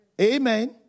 Amen